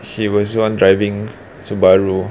she was the one driving subaru